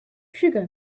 sugar